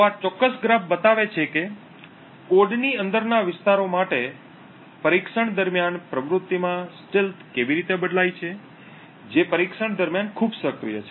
તો આ ચોક્કસ ગ્રાફ બતાવે છે કે કોડની અંદરના વિસ્તારો માટે પરીક્ષણ દરમિયાન પ્રવૃત્તિમાં સ્ટીલ્થ કેવી રીતે બદલાય છે જે પરીક્ષણ દરમિયાન ખૂબ સક્રિય છે